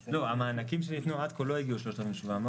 לא, המענקים שניתנו עד כה לא הגיעו ל-3,700.